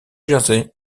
jersey